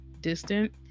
distant